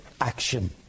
action